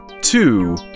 two